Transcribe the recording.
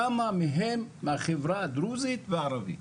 כמה מהם מהחברה הדרושית והערבית.